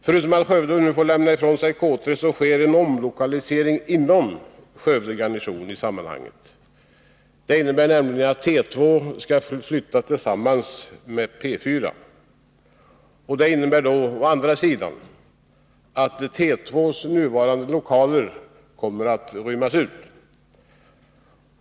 Förutom att Skövde nu får lämna ifrån sig K 3 sker en omlokalisering inom Skövde garnison, vilket innebär att T 2 skall sammanläggas med P 4. Detta innebär å andra sidan att T 2:s nuvarande lokaler kommer att utrymmas.